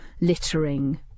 littering